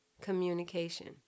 communication